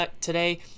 today